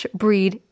breed